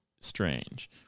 strange